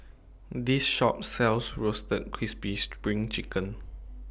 This Shop sells Roasted Crispy SPRING Chicken